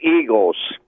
Eagles